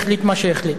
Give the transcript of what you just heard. החליט מה שהחליט.